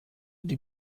die